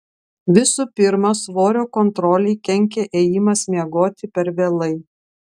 visų pirma svorio kontrolei kenkia ėjimas miegoti per vėlai